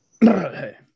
Hey